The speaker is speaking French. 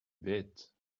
bête